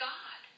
God